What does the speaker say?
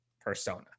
persona